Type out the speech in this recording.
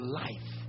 life